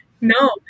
No